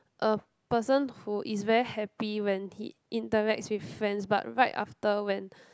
a person who is very happy when he interacts with friends but right after when